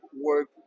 work